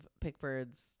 Pickford's